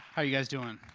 are you guys doing?